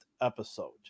episode